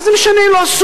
מה זה משנה, לא עשו?